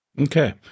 Okay